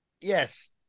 yes